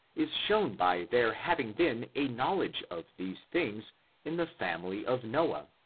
is shown by there having been a knowledge of these things in the family of noah,